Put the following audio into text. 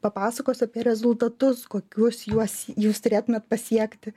papasakos apie rezultatus kokius juos jūs turėtumėt pasiekti